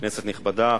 כנסת נכבדה,